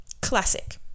classic